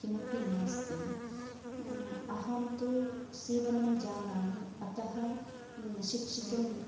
किमपि नास्ति अहं तु सीवनं जानामि अतः शिक्षयितुं